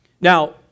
Now